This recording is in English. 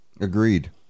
Agreed